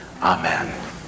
Amen